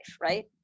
right